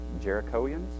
Jerichoans